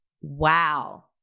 Wow